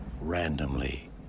randomly